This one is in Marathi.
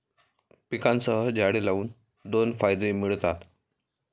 पिकांसह झाडे लावून दोन फायदे मिळतात